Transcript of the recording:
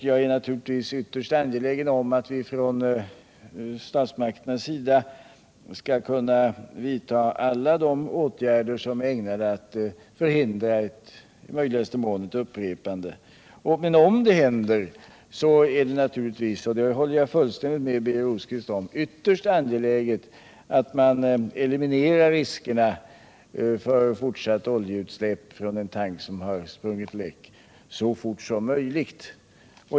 Jag är naturligtvis ytterst angelägen om att vi från statsmakternas sida skall kunna vidta alla de åtgärder som är ägnade att i möjligaste mån förhindra ett upprepande. Men om det händer är det ytterst angeläget — det håller jag fullständigt med Birger Rosqvist om =— att man eliminerar riskerna för fortsatt oljeutsläpp från en tank som sprungit läck så fort som möjligt.